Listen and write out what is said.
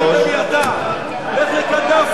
את מי אתה מרמה?